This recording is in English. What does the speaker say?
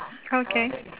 okay